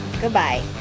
goodbye